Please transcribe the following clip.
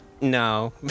No